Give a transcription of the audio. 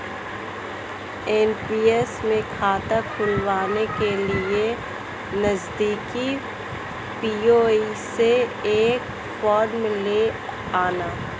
NPS में खाता खुलवाने के लिए नजदीकी पी.ओ.पी से एक फॉर्म ले आना